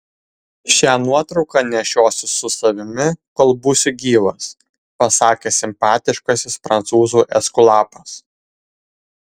šią nuotrauką nešiosiu su savimi kol būsiu gyvas pasakė simpatiškasis prancūzų eskulapas